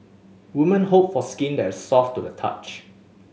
women hope for skin that is soft to the touch